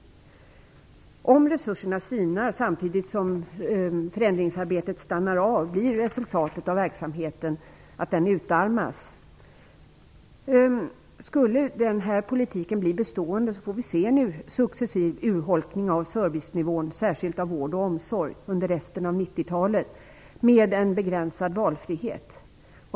Om resurserna sinar samtidigt som förändringsarbetet stannar av blir resultatet att verksamheten utarmas. Om den här politiken blir bestående får vi se en successiv urholkning av servicenivån, särskilt när det gäller vård och omsorg, under resten av 90-talet. Det blir en begränsad valfrihet.